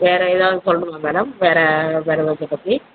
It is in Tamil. வேறு ஏதாவது சொல்லுங்க மேடம் வேறு வேறு எதை பற்றி